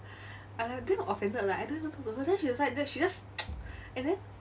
I'm like damn offended like I don't even talk to her then she was like just she just like and then